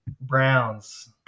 Browns